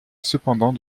cependant